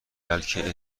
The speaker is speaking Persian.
بلکه